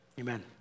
amen